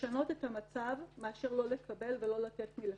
לשנות את המצב מאשר לא לקבל ולא לתת מלכתחילה.